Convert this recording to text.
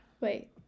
Wait